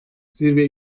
zirve